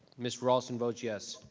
ms. raulston votes yes.